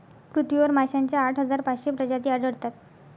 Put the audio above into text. पृथ्वीवर माशांच्या आठ हजार पाचशे प्रजाती आढळतात